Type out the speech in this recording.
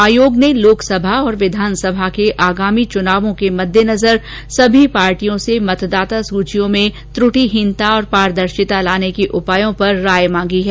आयोग ने लोकसभा और विधानसभा के आगामी चुनावों के मईनजर सभी पार्टियों से मतदाता सूचियों में त्रटिहीनता और पारदर्शिता लाने के उपायों पर राय मांगी है